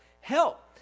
help